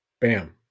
bam